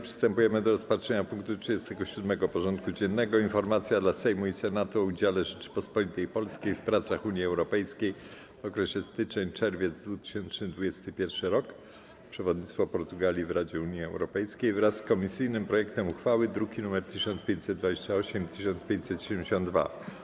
Przystępujemy do rozpatrzenia punktu 37. porządku dziennego: Informacja dla Sejmu i Senatu RP o udziale Rzeczypospolitej Polskiej w pracach Unii Europejskiej w okresie styczeń-czerwiec 2021 r. (przewodnictwo Portugalii w Radzie Unii Europejskiej) wraz z komisyjnym projektem uchwały (druki nr 1528 i 1572)